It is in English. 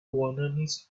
warnings